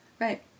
Right